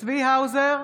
צבי האוזר,